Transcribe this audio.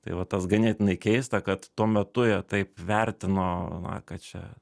tai va tas ganėtinai keista kad tuo metu jie taip vertino na kad čia